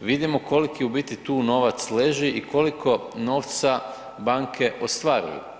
vidimo koliki u biti tu novac leži i koliko novca banke ostvaruju.